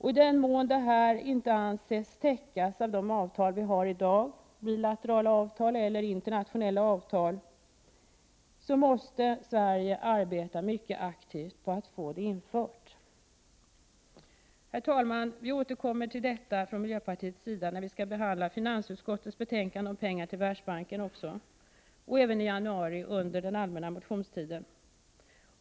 I den mån detta krav inte anses täckas av de bilaterala avtal eller internationella avtal vi i dag har, måste Sverige arbeta mycket aktivt på att få det infört i avtalen. Herr talman! Vi i miljöpartiet återkommer till denna fråga när finansutskottets betänkande om medel till Världsbanken skall behandlas och även i januari under den allmänna motionstiden.